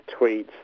tweets